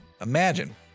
Imagine